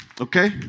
okay